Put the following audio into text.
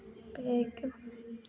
ते इक